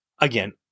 again